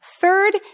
Third